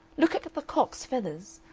look at the cock's feathers,